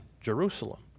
Jerusalem